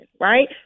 right